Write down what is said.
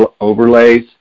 overlays